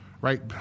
right